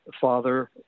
father